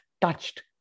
touched